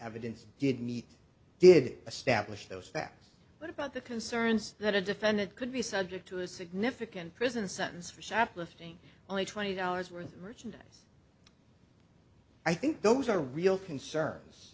evidence did meet did establish those facts what about the concerns that a defendant could be subject to a significant prison sentence for shoplifting on a twenty dollars worth of merchandise i think those are real concerns